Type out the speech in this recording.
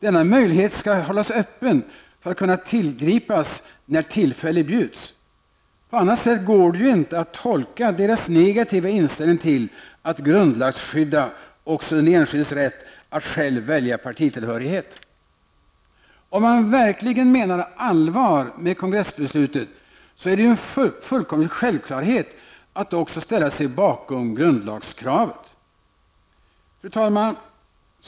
Denna möjlighet skall hållas öppen för att kunna tillgripas när tillfälle bjuds. På annat sätt går det ju inte att tolka deras negativa inställning till att grundlagsskydda också den enskildes rätt att själv välja partitillhörighet. Om man verkligen menade allvar med kongressbeslutet är det en fullkomlig självklarhet att också ställa sig bakom grundlagskravet. Fru talman!